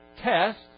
test